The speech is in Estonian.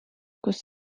kus